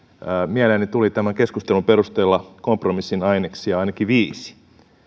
mieleeni tuli tämän keskustelun perusteella kompromissin aineksia ainakin viisi